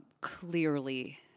clearly